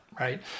right